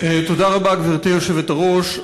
תודה רבה, גברתי היושבת-ראש.